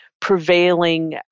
prevailing